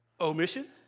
Omission